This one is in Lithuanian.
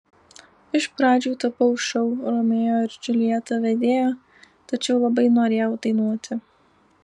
iš pradžių tapau šou romeo ir džiuljeta vedėja tačiau labai norėjau dainuoti